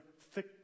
thick